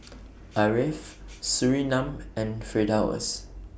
Ariff Surinam and Firdaus